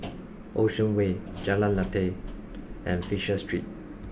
Ocean Way Jalan Lateh and Fisher Street